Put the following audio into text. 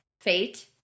fate